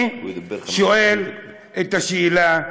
אני שואל את השאלה: